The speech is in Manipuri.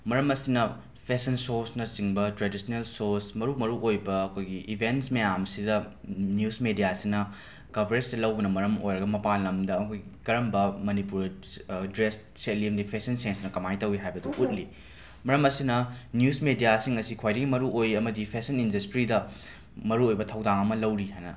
ꯃꯔꯝ ꯑꯁꯤꯅ ꯐꯦꯁꯟ ꯁꯣꯁꯅꯆꯤꯡꯕ ꯇ꯭ꯔꯦꯗꯤꯁꯅꯦꯜ ꯁꯣꯁ ꯃꯔꯨ ꯃꯔꯨꯑꯣꯏꯕ ꯑꯩꯈꯣꯏꯒꯤ ꯏꯕꯦꯟꯁ ꯃꯌꯥꯝꯁꯤꯗ ꯅ꯭ꯌꯨꯁ ꯃꯦꯗ꯭ꯌꯥꯁꯤꯅ ꯀꯕꯔꯦꯁꯁꯦ ꯂꯧꯕꯅ ꯃꯔꯝ ꯑꯣꯏꯔꯒ ꯃꯄꯥꯟ ꯂꯝꯗ ꯑꯩꯈꯣꯏ ꯀꯔꯝꯕ ꯃꯅꯤꯄꯨꯔ ꯁ ꯗ꯭ꯔꯦꯁ ꯁꯦꯠꯂꯤ ꯑꯃꯗꯤ ꯐ꯭ꯔꯦꯁꯟ ꯁꯦꯟꯁꯅ ꯀꯃꯥꯏꯅ ꯇꯧꯏ ꯍꯥꯏꯕꯗꯣ ꯎꯠꯂꯤ ꯃꯔꯝ ꯑꯁꯤꯅ ꯅ꯭ꯌꯨꯁ ꯃꯦꯗ꯭ꯌꯥꯁꯤꯡ ꯑꯁꯤ ꯈ꯭ꯋꯥꯏꯗꯒꯤ ꯃꯔꯨꯑꯣꯏ ꯑꯃꯗꯤ ꯐꯦꯁꯟ ꯏꯟꯗꯁꯇ꯭ꯔꯤꯗ ꯃꯔꯨꯑꯣꯏꯕ ꯊꯧꯗꯥꯡ ꯑꯃ ꯂꯧꯔꯤ ꯍꯥꯏꯅ